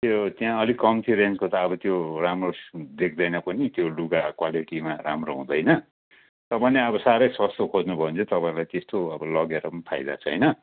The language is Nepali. त्यो त्यहाँ अब अलिक कम्ती रेन्जको त अब त्यो राम्रो देख्दैन पनि त्यो लुगा क्वालिटीमा राम्रो हुँदैन तपाईँले अब साह्रै सस्तो खोज्नु भयो भने चाहिँ तपाईँलाई त्यस्तो अब लगेर पनि फाइदा छैन